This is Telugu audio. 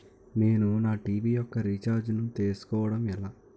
నేను నా టీ.వీ యెక్క రీఛార్జ్ ను చేసుకోవడం ఎలా?